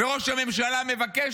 וראש הממשלה מבקש,